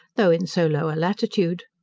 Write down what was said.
though in so low a latitude.